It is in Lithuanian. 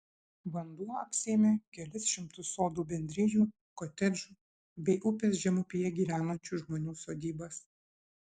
vanduo apsėmė kelis šimtus sodų bendrijų kotedžų bei upės žemupyje gyvenančių žmonių sodybas